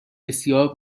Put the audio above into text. بسیار